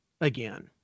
again